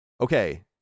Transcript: Okay